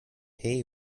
hay